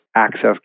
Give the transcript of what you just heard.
access